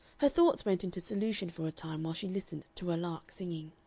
her thoughts went into solution for a time, while she listened to a lark singing.